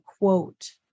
quote